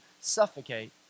suffocate